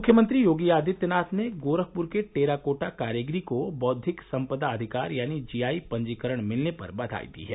मुख्यमंत्री योगी आदित्यनाथ ने गोरखपुर के टेराकोटा कारीगरी को बौद्विक संपदा अधिकार यानी जीआई पंजीकरण मिलने पर बधाई दी है